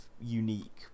unique